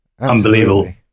unbelievable